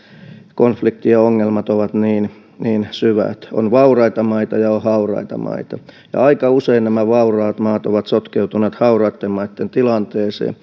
konfliktien ongelmat ovat niin niin syvät on vauraita maita ja on hauraita maita aika usein nämä vauraat maat ovat sotkeutuneet hauraitten maitten tilanteeseen